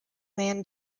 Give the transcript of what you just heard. man